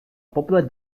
popular